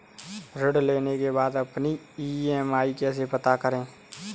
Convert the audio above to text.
ऋण लेने के बाद अपनी ई.एम.आई कैसे पता करें?